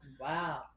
Wow